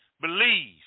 Believe